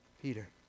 Peter